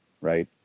right